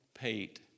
Pate